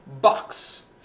box